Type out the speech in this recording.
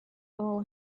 all